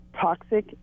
toxic